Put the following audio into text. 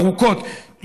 ארוכות,